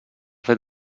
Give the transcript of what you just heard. fet